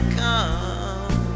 come